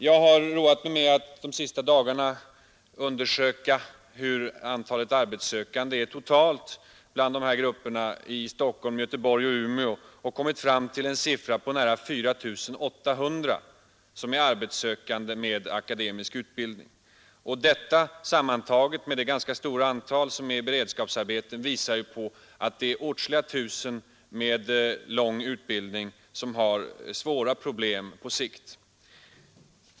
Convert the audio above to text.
Jag har de senaste dagarna roat mig med att undersöka hur stort antalet arbetssökande är totalt bland dessa grupper i Stockholm, Göteborg och Umeå, och jag har kommit fram till att det är nära 4 800 arbetssökande med akademisk utbildning. Detta tillsammans med det ganska stora antal som är i beredskapsarbeten visar ju att det är åtskilliga tusen med lång utbildning som har svåra problem på sikt.